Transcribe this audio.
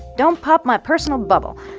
don't pop my personal bubble.